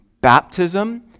baptism